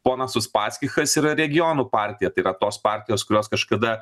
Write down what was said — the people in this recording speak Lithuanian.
ponas uspaskichas yra regionų partija tai yra tos partijos kurios kažkada